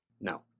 no